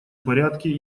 порядке